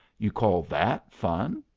you call that fun?